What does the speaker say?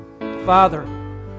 Father